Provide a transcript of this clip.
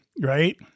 Right